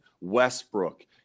Westbrook